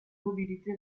mobilité